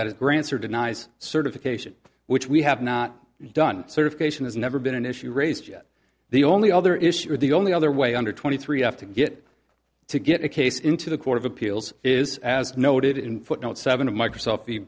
that it grants or denies certification which we have not done certification has never been an issue raised yet the only other issue the only other way under twenty three have to get to get a case into the court of appeals is as noted in footnote seven of microsoft